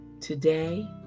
today